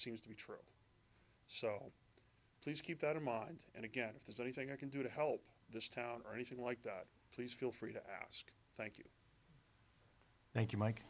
seems to be true so please keep that in mind and again if there's anything i can do to help this town or anything like that please feel free to ask thank you thank you mike